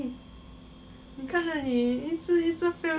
isn't it one hour already